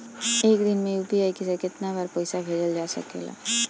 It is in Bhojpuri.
एक दिन में यू.पी.आई से केतना बार पइसा भेजल जा सकेला?